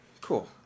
Cool